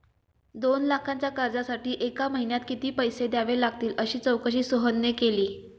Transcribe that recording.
दोन लाखांच्या कर्जासाठी एका महिन्यात किती पैसे द्यावे लागतील अशी चौकशी सोहनने केली